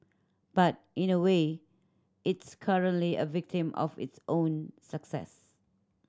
but in a way it's currently a victim of its own success